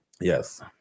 yes